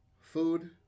food